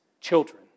children